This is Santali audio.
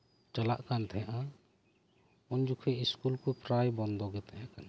ᱪᱟᱞᱟᱟᱜ ᱠᱟᱱ ᱛᱟᱦᱮᱸᱫᱼᱟ ᱩᱱ ᱡᱚᱠᱷᱚᱱ ᱥᱠᱩᱞ ᱠᱚ ᱯᱨᱟᱭ ᱵᱚᱱᱫᱚ ᱜᱮ ᱛᱟᱦᱮᱸ ᱠᱟᱱᱟ